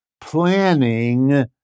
Planning